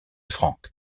frank